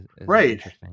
right